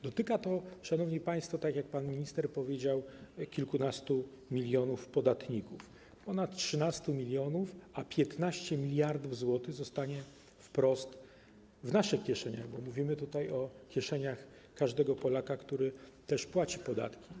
Dotyka to, szanowni państwo, tak jak pan minister powiedział, kilkanaście milionów podatników, ponad 13 mln. 15 mld zł zostanie wprost w naszych kieszeniach, bo mówimy tutaj o kieszeniach każdego Polaka, który też płaci podatki.